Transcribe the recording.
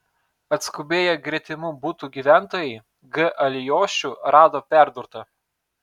atskubėję gretimų butų gyventojai g alijošių rado perdurtą